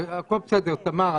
הכול בסדר, תמר.